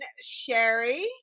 Sherry